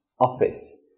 office